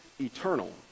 eternal